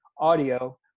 audio